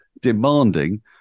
demanding